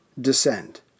descend